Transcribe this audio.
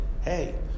hey